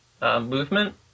movement